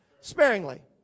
Sparingly